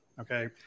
okay